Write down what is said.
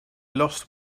lost